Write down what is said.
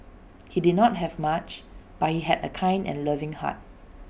he did not have much but he had A kind and loving heart